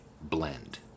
blend